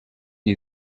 new